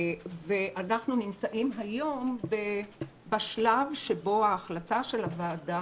אנחנו נמצאים היום בשלב שבו ההחלטה של הוועדה